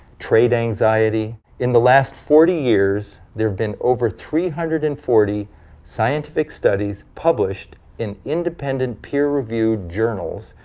trait anxiety. in the last forty years, there have been over three hundred and forty scientific studies published in independent, peer reviewed journals,